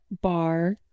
bar